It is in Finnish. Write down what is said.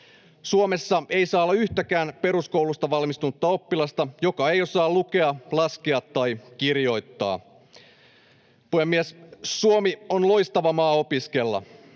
Suomessa ei saa olla yhtäkään peruskoulusta valmistunutta oppilasta, joka ei osaa lukea, laskea tai kirjoittaa. Puhemies! Suomi on loistava maa opiskella: